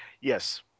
yes